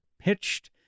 pitched